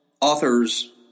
authors